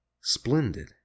splendid